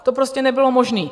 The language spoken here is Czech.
To prostě nebylo možné.